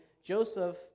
Joseph